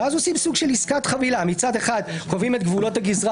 אז עושים סוג של עסקת חבילה כאשר מצד אחד קובעים את גבולות הגזרה